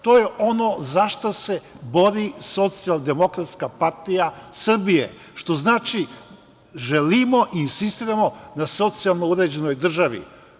To je ono zašta se bori Socijaldemokratska partija Srbije, što znači – želimo i insistiramo na socijalno uređenoj državi.